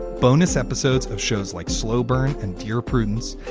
bonus episodes of shows like slow burn and dear prudence.